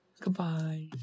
Goodbye